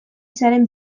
zaren